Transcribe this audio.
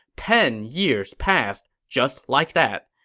ten years passed, just like that.